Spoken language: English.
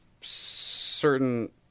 certain